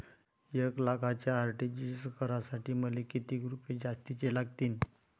एक लाखाचे आर.टी.जी.एस करासाठी मले कितीक रुपये जास्तीचे लागतीनं?